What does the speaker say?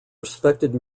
respected